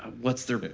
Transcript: what's their,